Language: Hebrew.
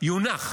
תונח טיוטה.